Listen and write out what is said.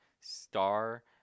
star